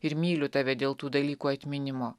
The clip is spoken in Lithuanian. ir myliu tave dėl tų dalykų atminimo